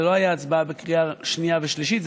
זו לא הייתה הצבעה בקריאה שנייה ושלישית,